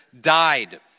died